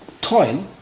toil